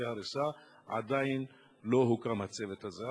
לצווי הריסה, עדיין לא הוקם הצוות הזה.